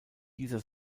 dieser